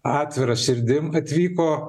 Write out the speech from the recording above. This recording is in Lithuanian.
atvira širdim atvyko